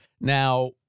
Now